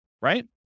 right